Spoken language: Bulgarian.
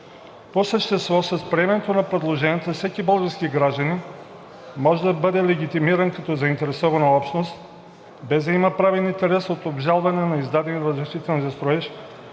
По същество с приемането на предложенията всеки български гражданин може да бъде легитимиран като заинтересована общност, без да има правен интерес от обжалване на издадени разрешителни за строеж